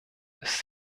ist